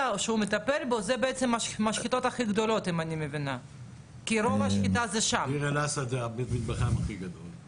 לעומת זאת, אני מכיר בן אדם ראוי